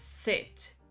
sit